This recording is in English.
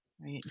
Right